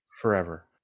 Forever